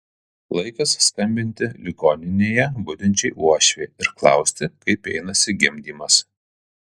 laikas skambinti ligoninėje budinčiai uošvei ir klausti kaip einasi gimdymas